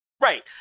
Right